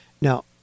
now